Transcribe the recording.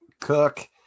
Cook